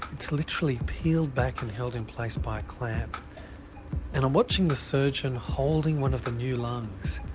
it's literally peeled back and held in place by a clamp and i'm watching the surgeon holding one of the new lungs.